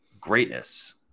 greatness